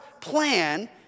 plan